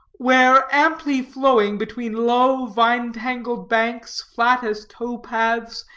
where, amply flowing between low, vine-tangled banks, flat as tow-paths,